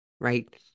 right